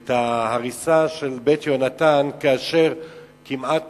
את ההריסה של "בית יהונתן", כאשר כמעט